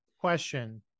Question